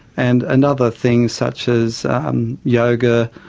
and and other things such as um yoga,